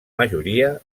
majoria